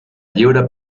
lliure